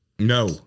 No